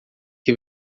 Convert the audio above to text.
que